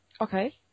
Okay